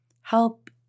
help